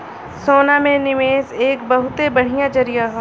सोना में निवेस एक बहुते बढ़िया जरीया हौ